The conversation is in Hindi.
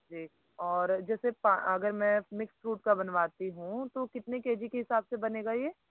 ठीक और जैसे पा अगर मैं मिक्स फ्रूट का बनवाती हूँ तो कितने केजी के हिसाब से बनेगा यह